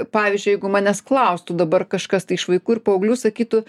pavyzdžiui jeigu manęs klaustų dabar kažkas tai iš vaikų ir paauglių sakytų